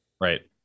right